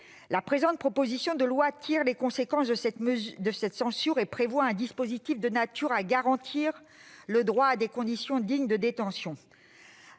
la présente proposition de loi tire les conséquences de cette censure et prévoit un dispositif de nature à garantir le droit à des conditions dignes de détention.